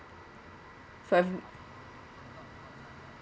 for I've